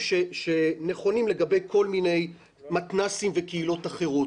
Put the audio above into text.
שנכונים לגבי כל מיני מתנ"סים וקהילות אחרות.